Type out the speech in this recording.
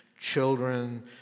children